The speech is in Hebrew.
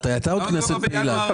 הייתה עוד כנסת פעילה.